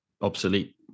obsolete